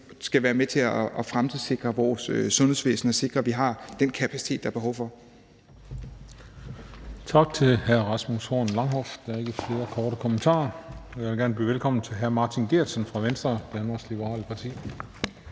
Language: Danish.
skal være med til at fremtidssikre vores sundhedsvæsen og sikre, at vi har den kapacitet, der er behov for. Kl. 19:10 Den fg. formand (Christian Juhl): Tak til hr. Rasmus Horn Langhoff. Der er ikke flere korte bemærkninger. Og jeg vil gerne byde velkommen til hr. Martin Geertsen fra Venstre, Danmarks Liberale Parti.